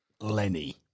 Lenny